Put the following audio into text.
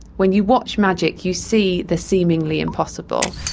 when you watch magic you see the seemingly impossible.